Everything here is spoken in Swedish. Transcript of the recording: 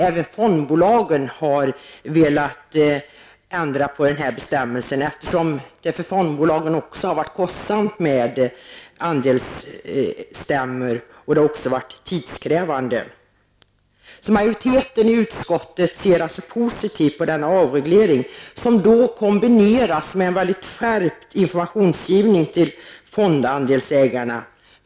Även fondbolagen har velat ändra på bestämmelsen, eftersom det varit kostsamt och tidskrävande för dem med andelsstämmor. Majoriteten i utskottet ser positivt på denna avreglering, som kombineras med en skärpt informationsgivning till fondandelsägarna.